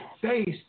face